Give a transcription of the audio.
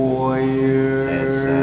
Warriors